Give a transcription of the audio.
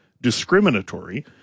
discriminatory